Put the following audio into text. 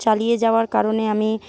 চালিয়ে যাওয়ার কারণে আমি